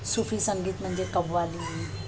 सुफी संगीत म्हणजे कवाली